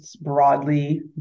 broadly